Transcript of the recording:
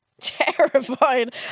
terrified